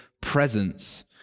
presence